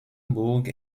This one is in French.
bourg